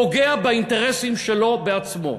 פוגע באינטרסים שלו עצמו.